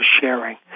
sharing